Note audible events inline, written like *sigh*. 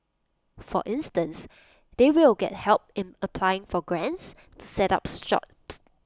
for instance they will get help in applying for grants to set up *unintelligible* shops